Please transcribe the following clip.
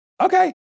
okay